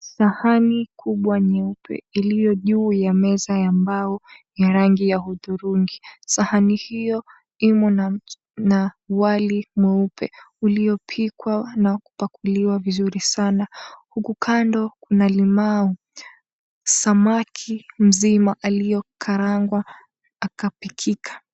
Sahani kubwa nyeupe iliyo juu ya meza ya mbao ya rangi ya hudhurungi. Sahani hiyo imo na wali mweupe uliopikwa na kupakuliwa vizuri sana, huku kando kuna limau. Samaki mzima aliyokarangwa akapikika.